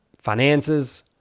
finances